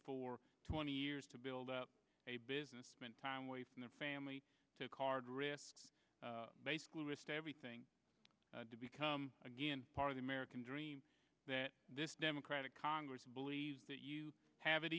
for twenty years to build up a business meant timewasting their family to card risk basically rist everything to become again part of the american dream that this democratic congress believes that you have it